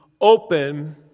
open